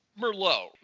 Merlot